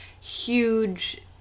huge